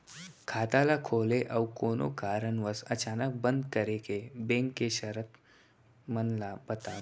खाता ला खोले अऊ कोनो कारनवश अचानक बंद करे के, बैंक के शर्त मन ला बतावव